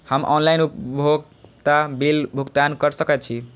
हम ऑनलाइन उपभोगता बिल भुगतान कर सकैछी?